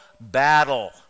battle